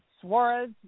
Suarez